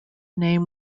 name